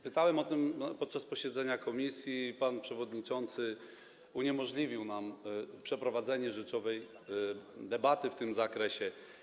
Pytałem o to podczas posiedzenia komisji, ale pan przewodniczący uniemożliwił nam przeprowadzenie rzeczowej debaty w tym zakresie.